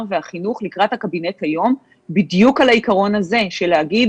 והחינוך לקראת הקבינט היום בדיוק על העיקרון הזה של להגיד: